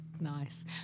Nice